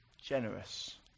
generous